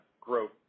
growth